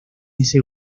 ese